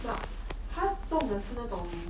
but 他种的是那种